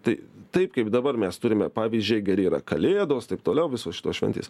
tai taip kaip dabar mes turime pavyzdžiai geri yra kalėdos taip toliau visos šitos šventės